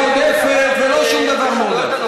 לא עבודה מועדפת ולא שום דבר מועדף.